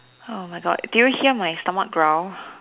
oh my God do you hear my stomach growl